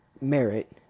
merit